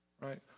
right